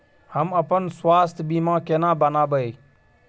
हम अपन स्वास्थ बीमा केना बनाबै?